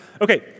Okay